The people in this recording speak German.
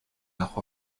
nach